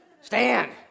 Stand